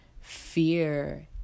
fear